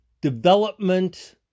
development